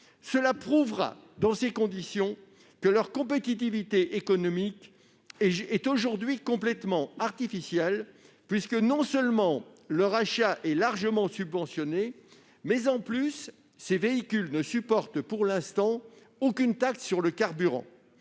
Cela prouvera alors que leur compétitivité économique est aujourd'hui complètement artificielle : non seulement leur achat est largement subventionné, mais ces véhicules ne supportent pour l'instant aucune taxe sur le carburant.